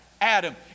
Adam